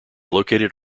located